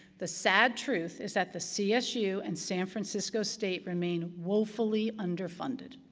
the sad truth is that the csu and san francisco state remain woefully underfunded.